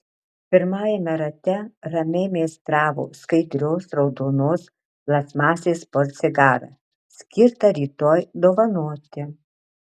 pirmajame rate ramiai meistravo skaidrios raudonos plastmasės portsigarą skirtą rytoj dovanoti